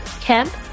Kemp